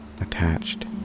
attached